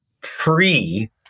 pre